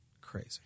Crazy